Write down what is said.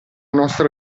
nostra